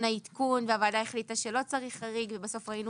העדכון והוועדה החליטה שלא צריך חריג ובסוף ראינו